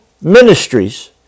ministries